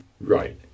right